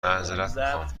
معذرت